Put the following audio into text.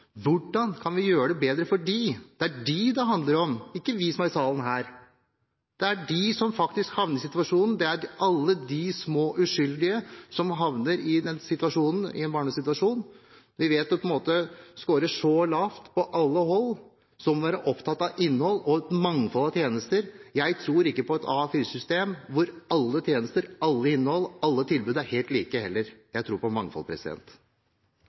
Hvordan kan vi gjøre det bedre for dem? Det er dem det handler om, ikke om oss som er i salen her. Det er om dem som faktisk havner i situasjonen, det er om alle de små uskyldige som havner i en barnevernssituasjon, som vi vet skårer så lavt på alle hold. Så vi må være opptatt av innhold og et mangfold av tjenester. Jeg tror ikke på et A4-system hvor alle tjenester, alt innhold, alle tilbud er helt like heller. Jeg tror på mangfold.